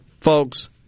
folks